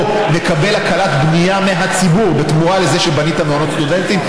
או מקבל הקלת בנייה מהציבור בתמורה לזה שבנית מעונות סטודנטים,